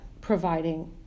providing